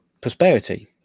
prosperity